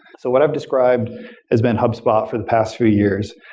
so what i've described has been hubspot for the past three years,